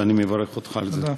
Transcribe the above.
ואני מברך אותך על זה.